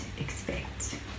expect